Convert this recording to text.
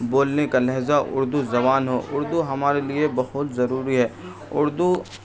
بولنے کا لہزہ اردو زبان ہو اردو ہمارے لیے بہت ضروری ہے اردو